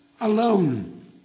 alone